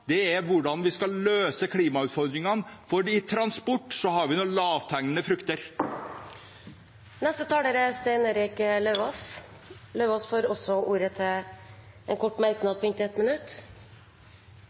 er hvordan vi skal løse klimautfordringene, for innen transport har vi noen lavthengende frukter. Representanten Stein Erik Lauvås har hatt ordet to ganger tidligere og får ordet til en kort merknad,